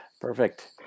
Perfect